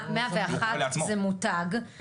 101 זה מותג,